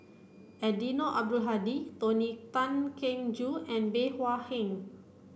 Eddino Abdul Hadi Tony Tan Keng Joo and Bey Hua Heng